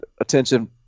attention